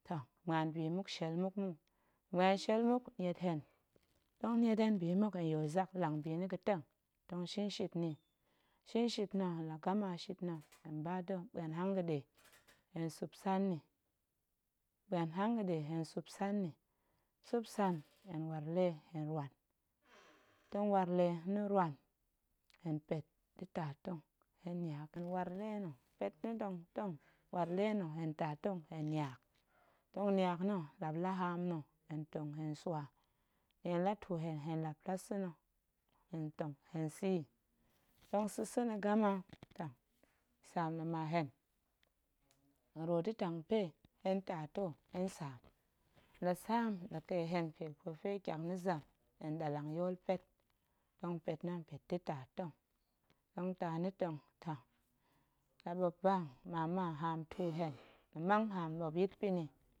Toh, muan bi mmuk shiel muk mu, la muan shiel muk niet hen tong niet hen bi muk hen yool zak nlang bi na̱ ga̱teng tong shinshit na̱ yi, hen shinshit na̱ hen la gama shit na̱, hen bada̱ ɓuan hanga̱ɗe hen sup san nni ɓuan hanga̱ɗe hen sup san nni, sup san hen waar lee hen ruwan tong waar lee na̱ ruwan, hen pet da̱ taa tong hen niag ga̱ wala waar lee na̱ hen taa tong hen niag, tong niag na̱ hen lap la haam na̱, hen tong hen swa, neen la tuu hen, hen lap la sa̱ na̱ hen tong hen sa̱ yi, tong sa̱sa̱ na̱ gama toh saam la ma hen, hen ru da̱ tang pe hen taa too hen saam, la saam la ƙe hen pue ga̱fe tyak na̱ zem, hen ɗallang yool pet, tong pet na̱ hen pet da̱ taa tong, tong taa na̱ tong toh la ɓop ba mama haam tuu hen, la haam ɓop yit pa̱ni.